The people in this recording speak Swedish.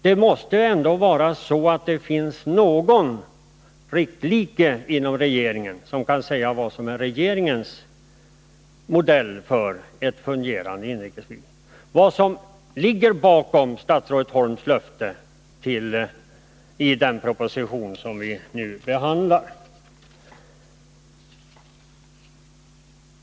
Det måste ändå finnas någon likare inom regeringen, som kan säga vad som är regeringens modell för ett fungerande inrikesflyg, vad som ligger bakom statsrådet Holms löfte i den nyligen framlagda propositionen.